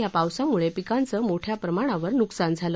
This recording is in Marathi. या पावसामुळखिकांचं मोठ्या प्रमाणात नुकसान झालं